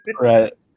right